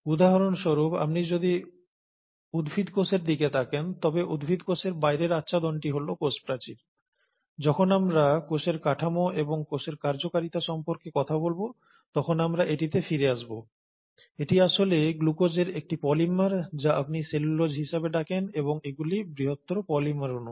উদাহরণস্বরূপ আপনি যদি উদ্ভিদ কোষের দিকে তাকান তবে উদ্ভিদ কোষের বাইরের আচ্ছাদনটি হল কোষপ্রাচীর যখন আমরা কোষের কাঠামো এবং কোষের কার্যকারিতা সম্পর্কে কথা বলব তখন আমরা এটিতে ফিরে আসব এটি আসলে গ্লুকোজের একটি পলিমার যা আপনি সেলুলোজ হিসাবে ডাকেন এবং এগুলি বৃহত্তর পলিমার অণু